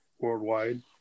Worldwide